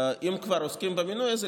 אם כבר עוסקים במינוי הזה,